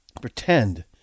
Pretend